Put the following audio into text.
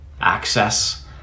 access